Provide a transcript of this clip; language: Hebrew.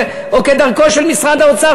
או כדרכו של משרד האוצר,